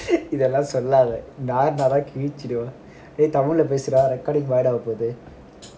இதுலாம் சொல்லாத நார் நாரா கிழிச்சிருவேன் டேய் தமிழ்ல பேசுடா:idhulam sollatha naar naara kizhichiruven dei tamil laey pesuda recording add ஆக போகுது:aga poguthu